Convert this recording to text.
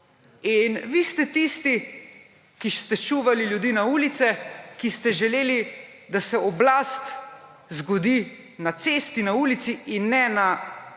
in vi ste tisti, ki ste ščuvali ljudi na ulice, ki ste želeli, da se oblast zgodi na cesti, na ulici in ne na